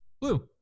blue